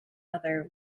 other